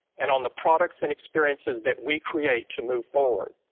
and on the products and experiences that we create, to move forward.